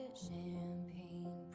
Champagne